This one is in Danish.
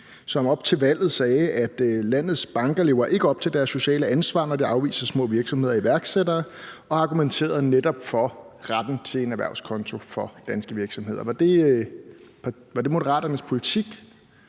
som op til valget sagde, at landets banker ikke lever op til deres sociale ansvar, når de afviser små virksomheder og iværksættere, og netop argumenterede for retten til en erhvervskonto for danske virksomheder. Var det Moderaternes politik,